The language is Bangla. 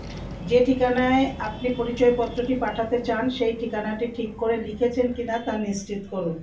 যে ঠিকানায় আপনি পরিচয়পত্রটি পাঠাতে চান সেই ঠিকানাটি ঠিক করে লিখেছেন কিনা তা নিশ্চিত করুন